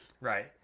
Right